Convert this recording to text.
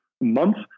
Months